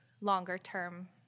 longer-term